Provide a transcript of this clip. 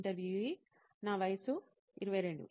ఇంటర్వ్యూఈ నా వయసు 22